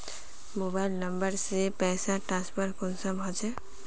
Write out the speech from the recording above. Mobile number से पैसा transfer कुंसम होचे?